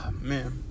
man